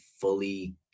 fully